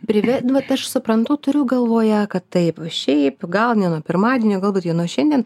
prive nu vat aš suprantu turiu galvoje kad taip šiaip gal ne nuo pirmadienio galbūt jau nuo šiandien